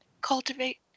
cultivate